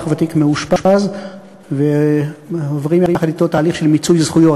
ותיק מאושפז ועוברים אתו תהליך של מיצוי זכויות,